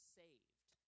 saved